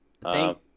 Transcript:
Thank